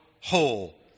whole